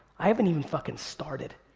i haven't even fucking started.